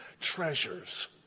treasures